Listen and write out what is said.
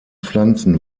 pflanzen